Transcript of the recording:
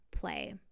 play